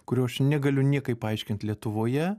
kurio aš negaliu niekaip paaiškint lietuvoje